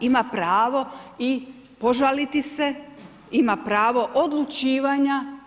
Ima pravo i požaliti, ima pravo odlučivanja.